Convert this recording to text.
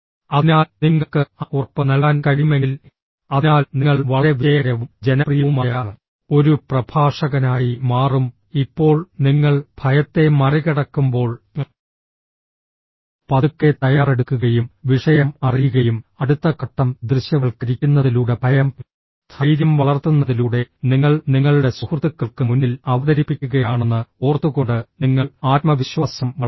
അതിനാൽ നിങ്ങൾക്ക് ആ ഉറപ്പ് നൽകാൻ കഴിയുമെങ്കിൽ അതിനാൽ നിങ്ങൾ വളരെ വിജയകരവും ജനപ്രിയവുമായ ഒരു പ്രഭാഷകനായി മാറും ഇപ്പോൾ നിങ്ങൾ ഭയത്തെ മറികടക്കുമ്പോൾ പതുക്കെ തയ്യാറെടുക്കുകയും വിഷയം അറിയുകയും അടുത്ത ഘട്ടം ദൃശ്യവൽക്കരിക്കുന്നതിലൂടെ ഭയം ധൈര്യം വളർത്തുന്നതിലൂടെ നിങ്ങൾ നിങ്ങളുടെ സുഹൃത്തുക്കൾക്ക് മുന്നിൽ അവതരിപ്പിക്കുകയാണെന്ന് ഓർത്തുകൊണ്ട് നിങ്ങൾ ആത്മവിശ്വാസം വളർത്തും